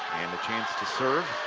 and a chance to serve.